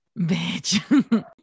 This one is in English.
bitch